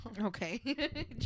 Okay